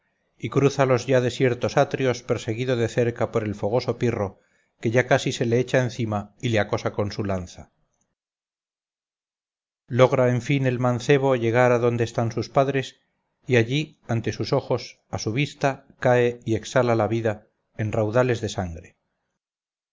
y cruza los ya desiertos atrios perseguido de cerca por el fogoso pirro que ya casi se le echa encima y le acosa con su lanza logra en fin el mancebo llegar adonde están sus padres y allí ante sus ojos a su vista cae y exhala la vida en raudales de sangre